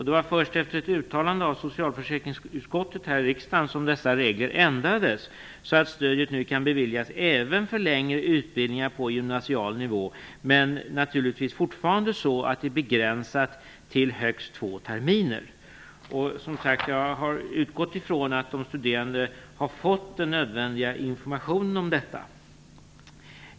Det var först efter ett uttalande från socialförsäkringsutskottet här i riksdagen som dessa regler ändrades så att stödet nu kan beviljas även för längre utbildningar på gymnasial nivå, men naturligtvis fortfarande begränsat till högst två terminer. Jag har, som sagt, utgått från att de studerande har fått nödvändig information om detta.